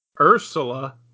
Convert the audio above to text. Ursula